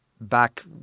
back